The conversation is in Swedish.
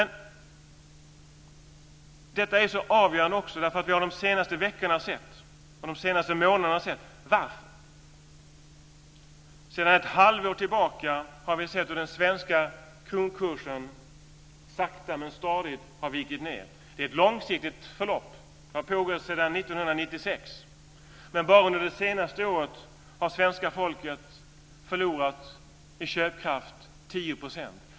Detta är avgörande. Vi har de senaste veckorna och månaderna sett varför. Sedan ett halvår tillbaka har vi sett hur den svenska kronkursen sakta men stadigt har vikt ned. Det är ett långsiktigt förlopp som har pågått sedan 1996. Bara under det senaste året har svenska folket förlorat 10 % i köpkraft.